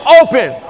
open